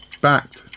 Backed